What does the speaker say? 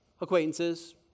Acquaintances